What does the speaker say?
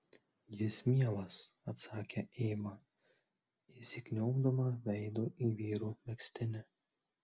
jis mielas atsakė eiva įsikniaubdama veidu į vyro megztinį